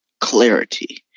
clarity